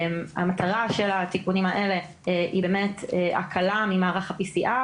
המטרה של התיקונים האלה היא באמת הקלטה ממערך ה-PCR